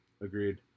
Agreed